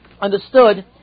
understood